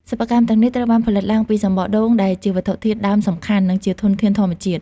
សិប្បកម្មទាំងនេះត្រូវបានផលិតឡើងពី សំបកដូង ដែលជាវត្ថុធាតុដើមសំខាន់ និងជាធនធានធម្មជាតិ។